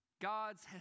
God's